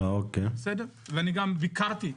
ואני גם ביקרתי,